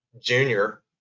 junior